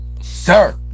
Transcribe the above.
sir